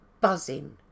Buzzing